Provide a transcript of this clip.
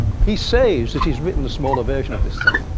he says that he's written a smaller version of this thing,